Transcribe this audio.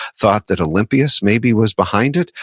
thought that olympias maybe was behind it,